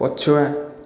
ପଛୁଆ